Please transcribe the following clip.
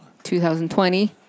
2020